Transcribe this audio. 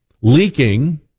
leaking